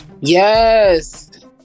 yes